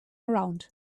around